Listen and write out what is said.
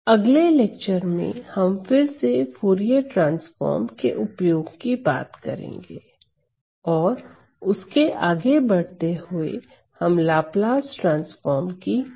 अगले लेक्चर में हम फिर से फूरिये ट्रांसफॉर्म के उपयोग की बात करेंगे और उसके आगे बढ़ते हुए हम लाप्लास ट्रांसफार्म की बात करेंगे